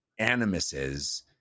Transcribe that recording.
animuses